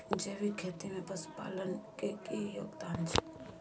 जैविक खेती में पशुपालन के की योगदान छै?